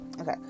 okay